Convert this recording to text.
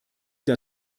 der